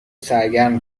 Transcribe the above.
سرگرم